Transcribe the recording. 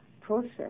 process